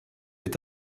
est